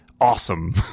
awesome